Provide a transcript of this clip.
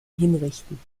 hinrichten